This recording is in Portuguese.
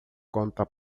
conta